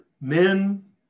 men